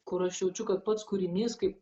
kur aš jaučiu kad pats kūrinys kaip